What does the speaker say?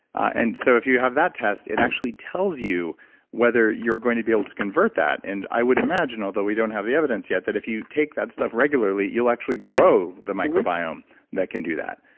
and so if you have that test, it actually tells you whether you're going to be able to convert that. and i would imagine, although we don't have the evidence yet, that if you take that stuff regularly, you'll actually grow the microbiome that can do that,